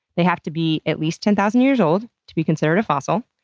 they have to be at least ten thousand years old to be considered a fossil.